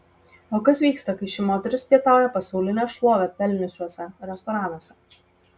o kas vyksta kai ši moteris pietauja pasaulinę šlovę pelniusiuose restoranuose